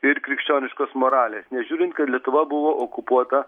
ir krikščioniškos moralės nežiūrint kad lietuva buvo okupuota